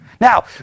Now